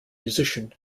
musician